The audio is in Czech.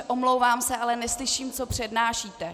Omlouvám se, ale neslyším, co přednášíte.